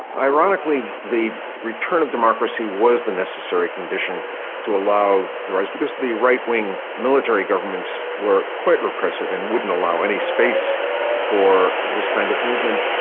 ironically the return of democracy was the necessary condition to allow the rise, because the right-wing military governments were quite repressive and wouldn't allow any space for this kind of movement.